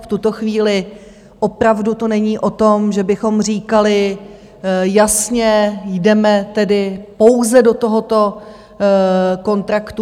V tuto chvíli opravdu to není o tom, že bychom říkali jasně, jdeme tedy pouze do tohoto kontraktu.